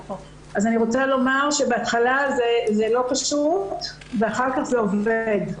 אני רוצה לומר שבהתחלה זה לא פשוט אבל אחר כך זה עובד.